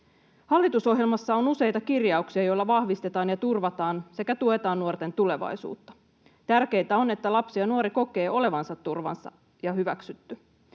Hallitusohjelmassa on useita kirjauksia, joilla vahvistetaan ja turvataan sekä tuetaan nuorten tulevaisuutta. Tärkeintä on, että lapsi ja nuori kokee olevansa turvassa ja hyväksytty.